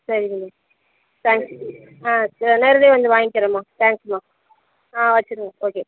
சரிங்க தேங்க்ஸ் ஆ நான் நேர்லையே வந்து வாங்கிக்கிறேன்மா தேங்க்ஸ்மா ஆ வச்சுருங்க ஓகே